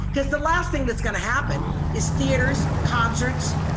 cause the last thing that's gonna happen is theaters, concerts,